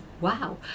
wow